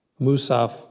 Musaf